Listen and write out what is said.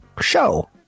show